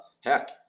heck